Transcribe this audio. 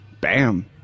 BAM